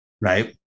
Right